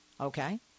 Okay